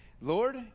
Lord